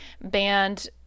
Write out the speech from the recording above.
banned